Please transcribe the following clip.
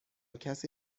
کسی